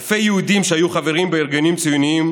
אלפי יהודים שהיו חברים בארגונים הציוניים